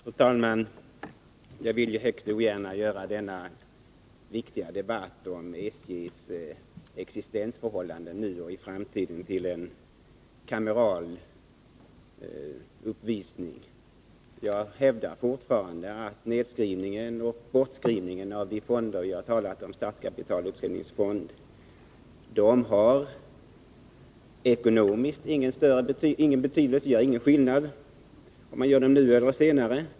Fru talman! Jag vill högst ogärna göra denna viktiga debatt om SJ:s existensförhållanden nu och i framtiden till en kameral uppvisning. Jag hävdar fortfarande att nedskrivningen och bortskrivningen av de fonder vi har talat om, statskapitalet och uppskrivningsfonden, saknar ekonomisk betydelse. Det gör ingen skillnad om man gör det nu eller senare.